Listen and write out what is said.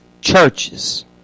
churches